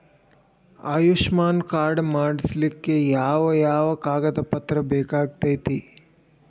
Ayushman card ಮಾಡ್ಸ್ಲಿಕ್ಕೆ ಯಾವ ಯಾವ ಕಾಗದ ಪತ್ರ ಬೇಕಾಗತೈತ್ರಿ?